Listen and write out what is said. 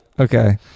Okay